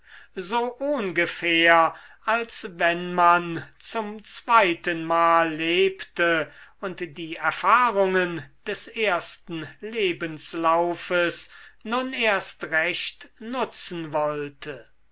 so ohngefähr als wenn man zum zweitenmal lebte und die erfahrungen des ersten lebenslaufes nun erst recht nutzen wollte